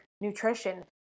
nutrition